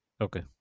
Okay